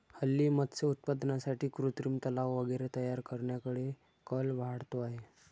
हल्ली मत्स्य उत्पादनासाठी कृत्रिम तलाव वगैरे तयार करण्याकडे कल वाढतो आहे